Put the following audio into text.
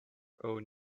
own